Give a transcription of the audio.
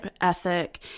ethic